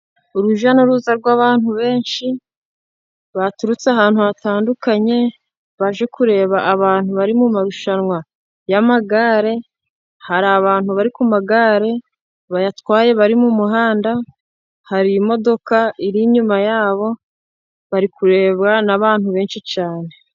Urujya n'uruza rw'abantu benshi baturutse ahantu hatandukanye, baje kureba abantu bari mu marushanwa y'amagare. Hari abantu bari ku magare bayatwaye bari mu umuhanda, hari imodoka iri inyuma yabo bari kureba n'abantu benshi cyane.